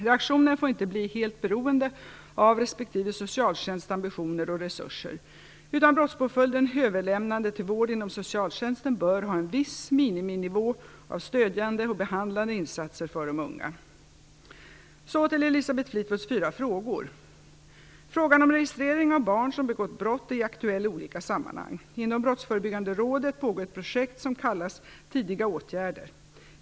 Reaktionen får inte bli helt beroende av respektive socialtjänsts ambitioner och resurser, utan brottspåföljden överlämnande till vård inom socialtjänsten bör ha en viss miniminivå av stödjande och behandlande insatser för de unga. Så till Elisabeth Fleetwoods fyra frågor. Frågan om registrering av barn som begått brott är aktuell i olika sammanhang. Inom Brottsförebyggande rådet pågår ett projekt som kallas Tidiga åtgärder.